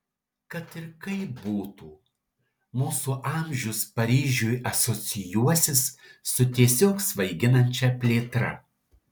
kad ir kaip būtų mūsų amžius paryžiui asocijuosis su tiesiog svaiginančia plėtra